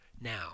now